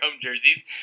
jerseys